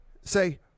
Say